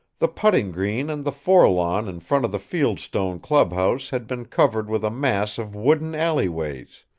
the putting green and the fore-lawn in front of the field-stone clubhouse had been covered with a mass of wooden alleyways,